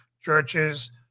churches